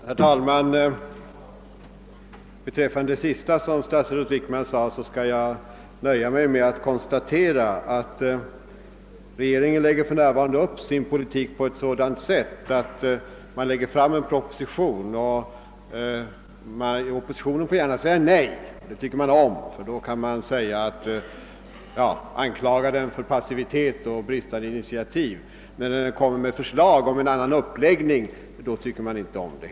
Herr talman! Beträffande det sista som statsrådet Wickman här sade skall jag nöja mig med att konstatera, att regeringen för närvarande lägger upp sin politik på ett sådant sätt att man lägger fram en proposition som oppositionen gärna får säga nej till; det tycker man om, eftersom man då kan anklaga oppositionen för passivitet och brist på initiativ. Men när oppositionen kommer med egna förslag om en annan uppläggning, då tycker regeringen inte om det.